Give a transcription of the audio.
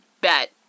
bet